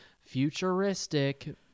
futuristic